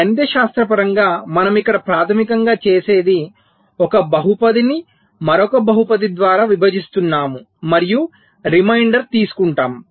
గణితశాస్త్రపరంగా మనం ఇక్కడ ప్రాథమికంగా చేసేది ఒక బహుపదిని మరొక బహుపది ద్వారా విభజిస్తున్నాము మరియు రిమైండర్ తీసుకుంటాము